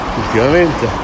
ultimamente